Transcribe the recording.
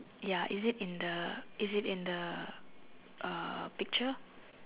ya is it in the is it in the uh picture